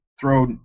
throw